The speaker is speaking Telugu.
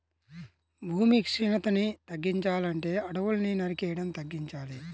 భూమి క్షీణతని తగ్గించాలంటే అడువుల్ని నరికేయడం తగ్గించాలి